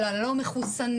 על הלא מחוסנים,